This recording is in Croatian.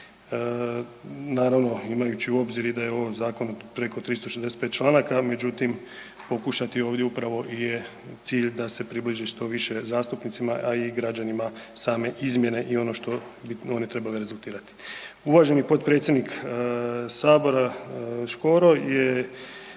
naravno imajući u obzir i da je u ovom zakonu preko 365 članaka, međutim pokušati ovdje upravo i je cilj da se približe što više zastupnicima, a i građanima same izmjene i ono što bi one trebale rezultirati. Uvaženi potpredsjednik sabora Škoro je